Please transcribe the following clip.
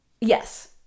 Yes